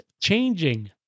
changing